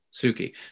Suki